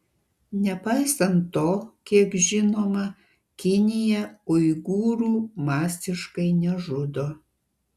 nepaisant to kiek žinoma kinija uigūrų masiškai nežudo